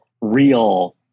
real